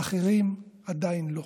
באחרים עדיין לא.